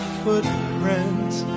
footprints